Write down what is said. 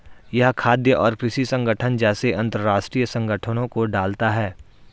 यह खाद्य और कृषि संगठन जैसे अंतरराष्ट्रीय संगठनों को डालता है